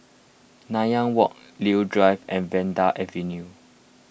Nanyang Walk Leo Drive and Vanda Avenue